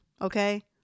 okay